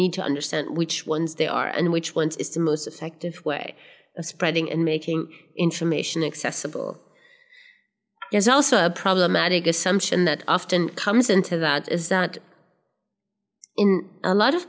need to understand which ones they are and which ones is the most effective way of spreading and making information accessible there's also a problematic assumption that often comes into that is that in a lot of